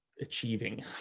achieving